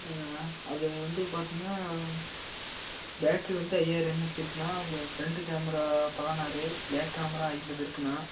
அது வந்து பார்த்திங்கனா பேட்டரி வந்து ஐயாயிரம் எம்எச் இருக்குண்ணா ஃப்ரன்ட் கேமரா பதினாறு பேக் கேமரா ஐம்பது இருக்குண்ணா